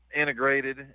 integrated